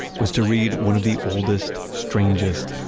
was to read one of the oldest, strangest,